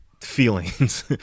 feelings